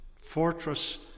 Fortress